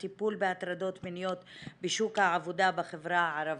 הטיפול בהטרדות מיניות בשוק העבודה בחברה הערבית".